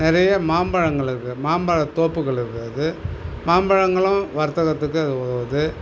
நிறைய மாம்பழங்கள் இருக்கு மாம்பழ தோப்புக்கள் இருக்கிறது மாம்பழங்களும் வர்த்தகத்துக்கு போகுது